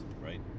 right